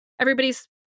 everybody's